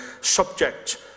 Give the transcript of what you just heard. subject